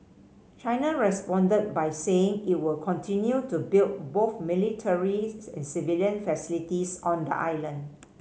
China responded by saying it would continue to build both militaries and civilian facilities on the island